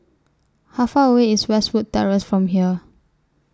How Far away IS Westwood Terrace from here